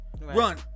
Run